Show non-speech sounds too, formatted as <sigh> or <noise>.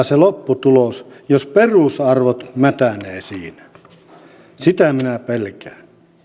<unintelligible> se lopputulos johtaa jos perusarvot mätänevät siinä sitä minä pelkään